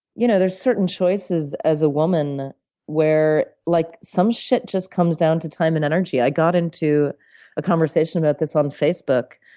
you know there's certain choices as a woman where, like, some shit just comes down to time and energy. i got into a conversation about this on facebook.